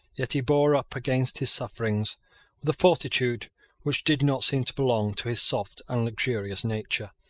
yet he bore up against his sufferings with a fortitude which did not seem to belong to his soft and luxurious nature.